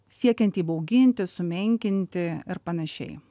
siekiant įbauginti sumenkinti ir panašiai